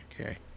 Okay